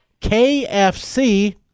KFC